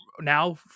now